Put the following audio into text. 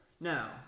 Now